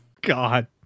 God